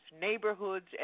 neighborhoods